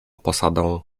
posadą